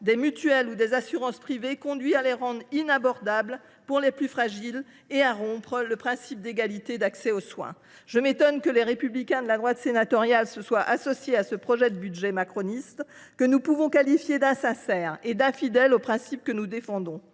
des mutuelles ou des assurances privées conduit à les rendre inabordables pour les plus fragiles et à rompre le principe d’égalité d’accès aux soins. Je m’étonne que Les Républicains et la droite sénatoriale se soient associés à ce projet de budget macroniste, que nous pouvons qualifier d’insincère et d’infidèle par rapport aux principes que nous défendons.